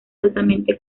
altamente